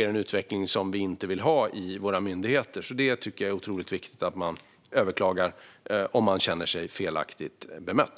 en utveckling som vi inte vill ha i våra myndigheter. Det är alltså otroligt viktigt att man överklagar om man känner sig felaktigt bemött.